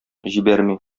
җибәрми